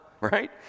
Right